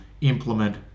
implement